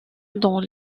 dans